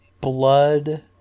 blood